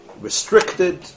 restricted